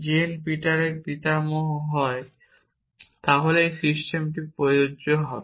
gen পিটারের পিতামহ তাহলে এই সিস্টেমটি প্রযোজ্য হবে